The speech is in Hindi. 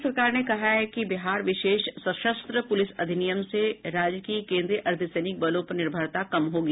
राज्य सरकार ने कहा है कि बिहार विशेष सशस्त्र पुलिस अधिनियम से राज्य की केन्द्रीय अर्द्वसैनिक बलों पर निर्भरता कम होगी